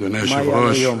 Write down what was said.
מה יהיה היום.